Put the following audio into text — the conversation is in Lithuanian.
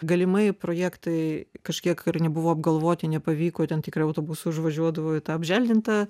galimai projektai kažkiek ir nebuvo apgalvoti nepavyko ten tikrai autobusai užvažiuodavo į tą apželdintą